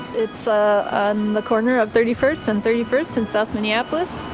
it's ah on the corner of thirty first and thirty first in south minneapolis.